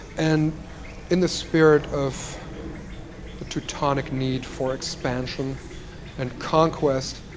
and in the spirit of the teutonic need for expansion and conquest,